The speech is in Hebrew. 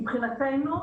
מבחינתנו,